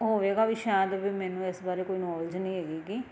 ਹੋਵੇਗਾ ਵੀ ਸ਼ਾਇਦ ਵੀ ਮੈਨੂੰ ਇਸ ਬਾਰੇ ਕੋਈ ਨੌਲਜ ਨਹੀਂ ਹੈਗੀ ਹੈਗੀ